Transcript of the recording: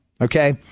okay